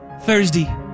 Thursday